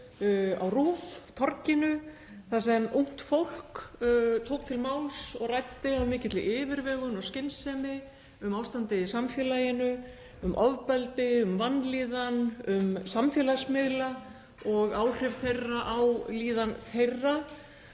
á RÚV, Torginu, þar sem ungt fólk tók til máls og ræddi af mikilli yfirvegun og skynsemi um ástandið í samfélaginu, um ofbeldi, um vanlíðan, um samfélagsmiðla og áhrif þeirra á líðan þeirra.